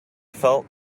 felt